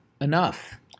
enough